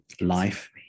life